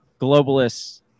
globalists